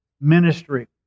ministry